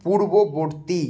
পূর্ববর্তী